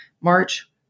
March